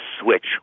switch